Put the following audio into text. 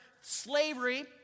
slavery